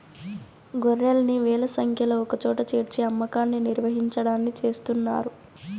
గొర్రెల్ని వేల సంఖ్యలో ఒకచోట చేర్చి అమ్మకాన్ని నిర్వహించడాన్ని చేస్తున్నారు